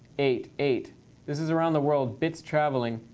eight, eight this is around the world, bits traveling.